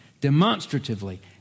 demonstratively